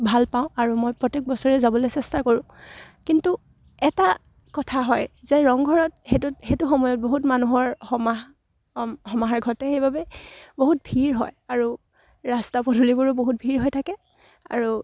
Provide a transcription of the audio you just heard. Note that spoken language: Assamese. ভাল পাওঁ আৰু মই প্ৰত্যেক বছৰে যাবলৈ চেষ্টা কৰোঁ কিন্তু এটা কথা হয় যে ৰংঘৰত সেইটো সেইটো সময়ত বহুত মানুহৰ সমাহ সমাহাৰ ঘটে সেইবাবে বহুত ভিৰ হয় আৰু ৰাস্তা পদূলিবোৰো বহুত ভিৰ হৈ থাকে আৰু